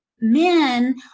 men